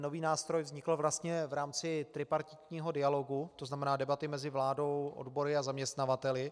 Nový nástroj vznikl vlastně v rámci tripartitního dialogu, to znamená debaty mezi vládou, odbory a zaměstnavateli.